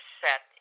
set